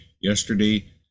yesterday